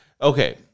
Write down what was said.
Okay